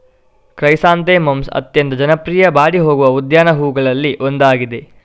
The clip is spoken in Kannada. ಕ್ರೈಸಾಂಥೆಮಮ್ಸ್ ಅತ್ಯಂತ ಜನಪ್ರಿಯ ಬಾಡಿ ಹೋಗುವ ಉದ್ಯಾನ ಹೂವುಗಳಲ್ಲಿ ಒಂದಾಗಿದೆ